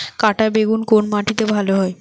কাঁটা বেগুন কোন মাটিতে ভালো হয়?